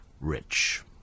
rich